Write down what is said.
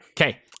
Okay